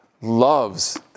loves